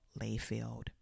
Layfield